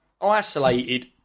isolated